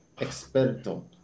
experto